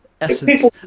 essence